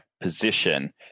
position